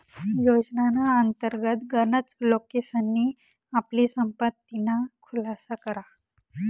योजनाना अंतर्गत गनच लोकेसनी आपली संपत्तीना खुलासा करा